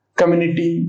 community